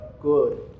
good